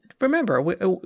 remember